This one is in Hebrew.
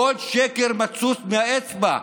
הכול שקר מצוץ מהאצבע.